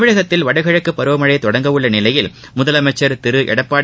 தமிழகத்தில் வடகிழக்கு பருவமழை தொடங்க உள்ள நிலையில் முதலமைச்சர் திரு எடப்பாடி